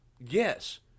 Yes